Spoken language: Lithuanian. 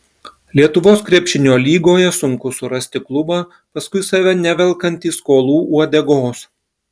lietuvos krepšinio lygoje sunku surasti klubą paskui save nevelkantį skolų uodegos